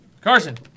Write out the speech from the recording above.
Carson